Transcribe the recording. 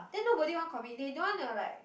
then nobody want commit they don't wanna like